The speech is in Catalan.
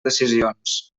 decisions